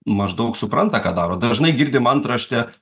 maždaug supranta ką daro dažnai girdim antraštę